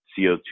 CO2